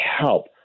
help